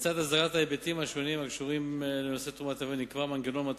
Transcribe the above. לצד הסדרת ההיבטים השונים הקשורים לנושא תרומת איברים נקבע מנגנון מתן